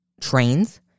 trains